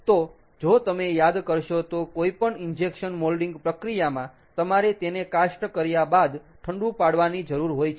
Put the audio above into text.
તો જો તમે યાદ કરશો તો કોઈપણ ઇન્જેક્શન મોલ્ડિંગ પ્રક્રિયામાં તમારે તેને કાસ્ટ કર્યા બાદ ઠંડુ પાડવાની જરૂર હોય છે